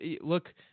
look